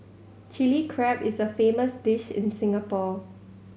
Chilli Crab is a famous dish in Singapore